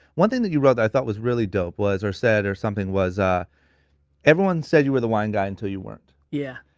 one thing that you wrote that i thought was really dope or said or something was. ah everyone said you were the wine guy until you weren't. yeah